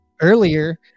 Earlier